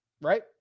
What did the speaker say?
right